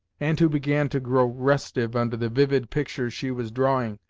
and who began to grow restive under the vivid pictures she was drawing,